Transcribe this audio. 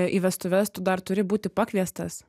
į vestuves tu dar turi būti pakviestas